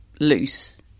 loose